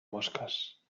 mosques